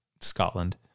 Scotland